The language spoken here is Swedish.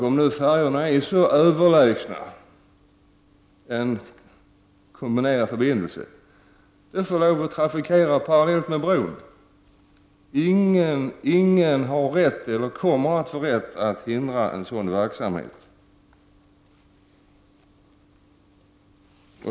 Om nu färjorna är så överlägsna en kombinerad förbindelse har de möjlighet att visa det i och med att färjorna får trafikera sundet parallellt med bro. Ingen har eller kommer att få rätt att hindra en sådan verksamhet.